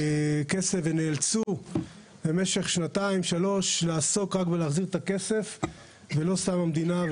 ונאלצו לעסוק רק בלהחזיר את הכסף במשך שנתיים-שלוש.